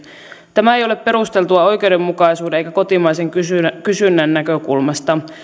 tämä ei ole perusteltua oikeudenmukaisuuden eikä kotimaisen kysynnän kysynnän näkökulmasta